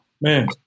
man